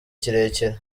kirekire